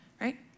right